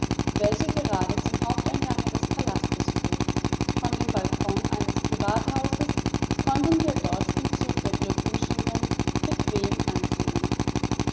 welche gerade zum haupteingange des palastes führt von dem balkon eines privathauses konnten wir dort den zug der glückwünschenden bequem ansehen